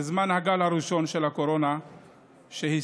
בזמן הגל הראשון של הקורונה שהסתיים,